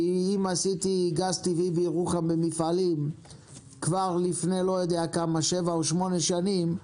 כי עשיתי גז טבעי בירוחם במפעלים כבר לפני 7,8 שנים,